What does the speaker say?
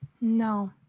no